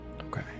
Okay